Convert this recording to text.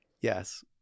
Yes